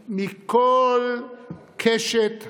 מכל השבטים, מכל קשת הדעות.